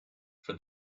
for